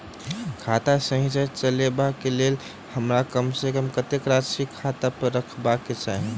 खाता सही सँ चलेबाक लेल हमरा कम सँ कम कतेक राशि खाता पर रखबाक चाहि?